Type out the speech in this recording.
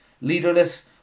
Leaderless